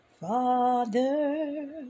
Father